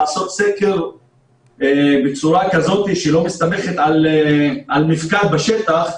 לעשות סקר בצורה כזאת שלא מסתמכת על מפקד בשטח,